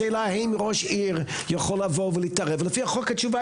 השאלה האם ראש עיר יכול לבוא ולהתערב ולפי החוק התשובה